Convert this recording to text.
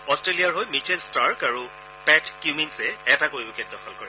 অট্টেলিয়াৰ হৈ Mitchell Starc আৰু পেট কিউমিনছে এটাকৈ উইকেট দখল কৰে